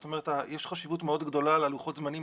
זאת אומרת יש חשיבות מאוד גדולה ללוחות הזמנים,